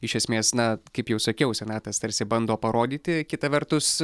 iš esmės na kaip jau sakiau senatas tarsi bando parodyti kita vertus